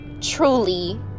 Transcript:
truly